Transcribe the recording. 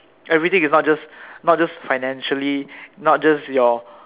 everything is not just not just financially not just your